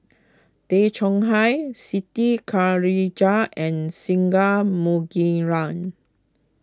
Tay Chong Hai Siti Khalijah and Singai Mukilan